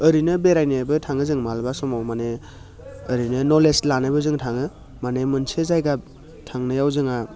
ओरैनो बेरायनोबो थाङो जोङो माब्लाबा समाव माने ओरैनो नलेज लानोबो जोङो थाङो माने मोनसे जायगा थांनायाव जोंहा